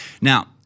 now